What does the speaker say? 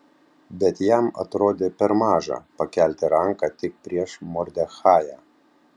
bet jam atrodė per maža pakelti ranką tik prieš mordechają